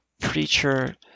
preacher